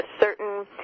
certain